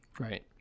Right